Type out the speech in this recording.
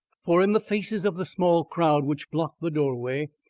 for in the faces of the small crowd which blocked the doorway,